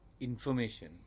information